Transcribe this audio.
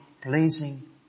pleasing